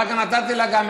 אחר כך נתתי לה את